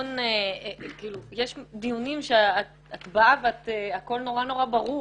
יש דיונים שאת באה והכול נורא נורא ברור